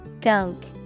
Gunk